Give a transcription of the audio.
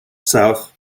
south